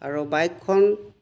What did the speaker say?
আৰু বাইকখন